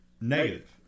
negative